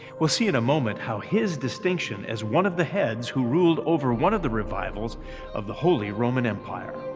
we'll see in a moment how his distinction as one of the heads who ruled over one of the revivals of the holy roman empire.